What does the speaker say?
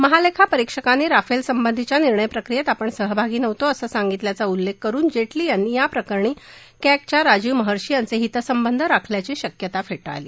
महालेखा परिक्षकांनी राफेलसंबंधी झालेल्या निर्णयप्रक्रियेत आपण सहभागी नव्हतो असे सांगितल्याचं उल्लेख करुन जेटली यांनी याप्रकरणी कॅगच्या राजीव महर्षी यांचे हितसंबंध राखल्याची शक्यता फेटाळली